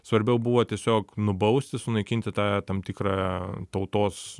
svarbiau buvo tiesiog nubausti sunaikinti tą tam tikrą tautos